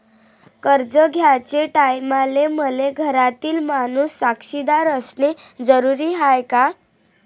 कर्ज घ्याचे टायमाले मले घरातील माणूस साक्षीदार असणे जरुरी हाय का?